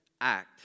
act